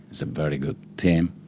it's a very good team,